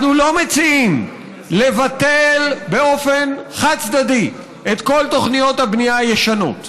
אנחנו לא מציעים לבטל באופן חד-צדדי את כל תוכניות הבנייה הישנות.